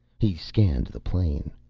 he scanned the plain.